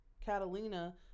Catalina